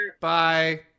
Bye